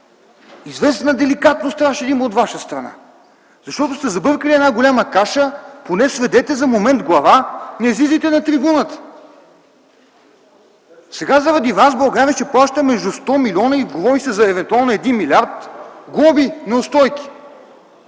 известна деликатност от Ваша страна, защото сте забъркали една голяма каша. Поне сведете за момент глава, не излизайте на трибуната! Сега заради Вас България ще плаща между 100 милиона, говори се евентуално за 1 милиард глоби и неустойки.